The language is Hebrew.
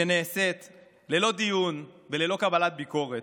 שנעשית ללא דיון וללא קבלת ביקורת,